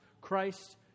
Christ